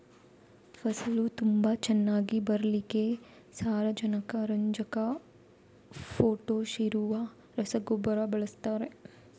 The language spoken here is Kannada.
ಫಸಲು ತುಂಬಾ ಚೆನ್ನಾಗಿ ಬರ್ಲಿಕ್ಕೆ ಸಾರಜನಕ, ರಂಜಕ, ಪೊಟಾಷ್ ಇರುವ ರಸಗೊಬ್ಬರ ಬಳಸ್ತಾರೆ